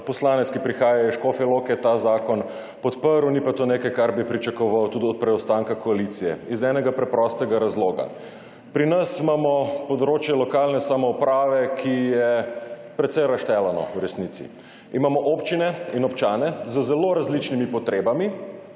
poslanec, ki prihaja iz Škofje Loke, ta zakon podprl, ni pa to nekaj, kar bi pričakoval tudi od preostanka koalicije. Iz enega preprostega razloga. Pri nas imamo področje lokalne samouprave, ki je v resnici precej razštelano. Imamo občine in občane z zelo različnimi potrebami,